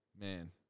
Man